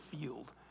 field